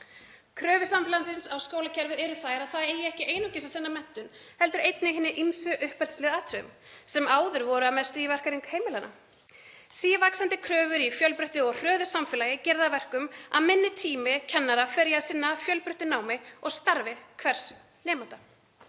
Kröfur samfélagsins á skólakerfið eru þær að það eigi ekki einungis að sinna menntun heldur einnig hinum ýmsu uppeldislegu atriðum sem áður voru að mestu í verkahring heimilanna. Sívaxandi kröfur í fjölbreyttu og hröðu samfélagi gera það að verkum að minni tími kennara fer í að sinna fjölbreyttu námi og starfi hvers nemanda.